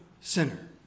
sinner